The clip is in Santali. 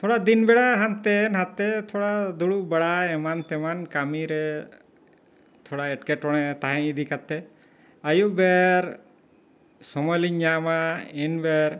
ᱛᱷᱚᱲᱟ ᱫᱤᱱ ᱵᱮᱲᱟ ᱦᱟᱱᱛᱮ ᱱᱟᱛᱮ ᱛᱷᱚᱲᱟ ᱫᱩᱲᱩᱵ ᱵᱟᱲᱟᱭ ᱮᱢᱟᱱ ᱛᱮᱢᱟᱱ ᱠᱟᱹᱢᱤ ᱨᱮ ᱛᱷᱚᱲᱟ ᱮᱸᱴᱠᱮᱴᱚᱬᱮ ᱛᱟᱦᱮᱸ ᱤᱫᱤ ᱠᱟᱛᱮᱫ ᱟᱹᱭᱩᱵ ᱵᱮᱨ ᱥᱚᱢᱚᱭ ᱞᱤᱧ ᱧᱟᱢᱟ ᱤᱱᱵᱮᱨ